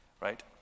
right